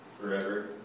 forever